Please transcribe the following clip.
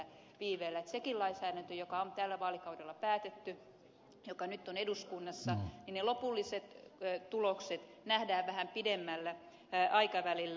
senkin lainsäädännön joka on tällä vaalikaudella päätetty joka nyt on eduskunnassa lopulliset tulokset nähdään vähän pidemmällä aikavälillä